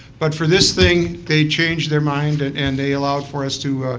but for this thing they changed their mind and they allowed for us to